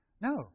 No